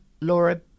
Laura